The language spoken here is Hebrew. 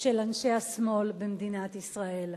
של אנשי השמאל במדינת ישראל.